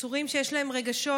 יצורים שיש להם רגשות,